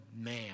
man